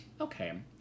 Okay